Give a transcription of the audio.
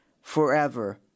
Forever